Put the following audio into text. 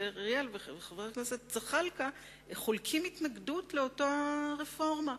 אריאל וחבר הכנסת זחאלקה חולקים התנגדות לאותה רפורמה,